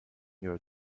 your